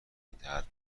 میدهد